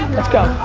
let's go.